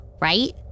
right